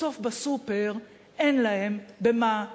בסוף, בסופר, אין להם במה לשלם.